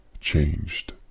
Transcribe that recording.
changed